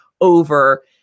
over